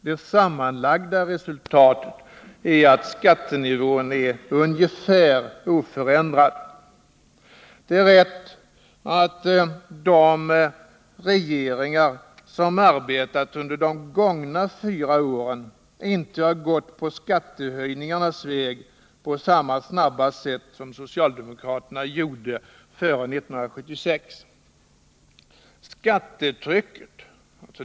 Det sammanlagda resultatet är att skattenivån är ungefär oförändrad. Det är rätt att de regeringar som har arbetat under de gångna fyra åren inte har gått på skattehöjningarnas väg på samma snabba sätt som socialdemokraterna gjorde före 1976.